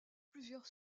plusieurs